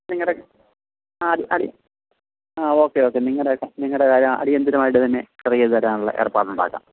നിങ്ങളുടെ ആ അടി അടി ആ ഓക്കെ ഓക്കെ നിങ്ങളുടെ ഓക്കെ നിങ്ങളുടെ കാര്യം അടിയന്തരമായിട്ട് തന്നെ ക്ലിയർ ചെയ്തു തരാനുള്ള ഏർപ്പാടുണ്ടാക്കാം